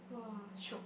!wah! shiok